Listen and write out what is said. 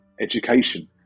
education